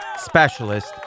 specialist